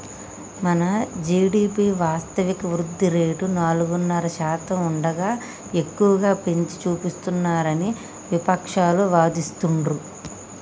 మన జీ.డి.పి వాస్తవిక వృద్ధి రేటు నాలుగున్నర శాతం ఉండగా ఎక్కువగా పెంచి చూపిస్తున్నారని విపక్షాలు వాదిస్తుండ్రు